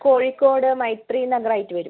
കോഴിക്കോട് മൈത്രി നഗർ ആയിട്ട് വരും